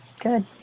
good